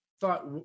thought